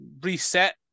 reset